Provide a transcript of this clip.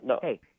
Hey